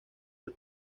del